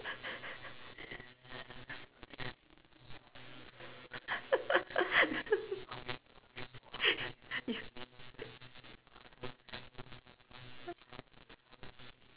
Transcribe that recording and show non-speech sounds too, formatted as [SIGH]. [LAUGHS]